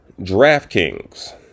DraftKings